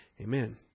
Amen